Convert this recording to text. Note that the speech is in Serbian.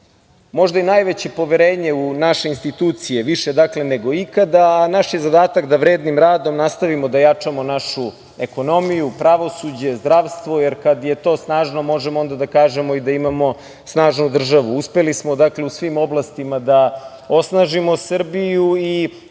možda i najveće poverenje u naše institucije. Više, dakle, nego ikada i naš je zadatak da vrednim radom nastavimo da jačamo našu ekonomiju, pravosuđe, zdravstvo, jer kada je to snažno možemo da kažemo da imamo snažnu državu. Uspeli smo u svim oblastima da osnažimo Srbiju i